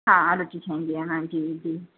हा रोटी ठाहींदी आहियां हा जी जी